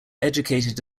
educated